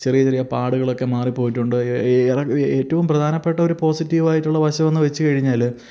ചെറിയ ചെറിയ പാടുകളൊക്കെ മാറി പോയിട്ടുണ്ട് ഏറ്റവും പ്രധാനപ്പെട്ട ഒരു പോസിറ്റീവായിട്ടുള്ള വശമെന്നു വെച്ചു കഴിഞ്ഞാൽ